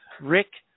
Rick